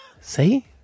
See